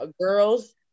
girls